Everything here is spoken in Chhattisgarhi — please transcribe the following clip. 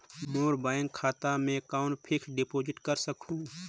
मोर बैंक खाता मे कौन फिक्स्ड डिपॉजिट कर सकहुं?